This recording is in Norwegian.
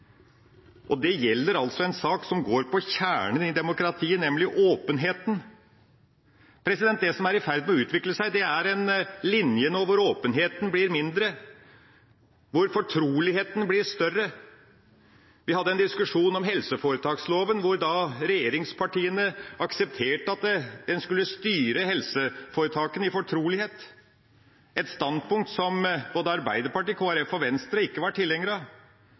Det gjelder altså en sak som går på kjernen i demokratiet, nemlig åpenheten. Det som er i ferd med å utvikle seg nå, er en linje hvor åpenheten blir mindre, hvor fortroligheten blir større. Vi hadde en diskusjon om helseforetaksloven, hvor regjeringspartiene aksepterte at en skulle styre helseforetakene i fortrolighet, et standpunkt som verken Arbeiderpartiet, Kristelig Folkeparti eller Venstre var tilhengere av,